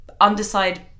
underside